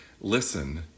listen